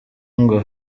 ngo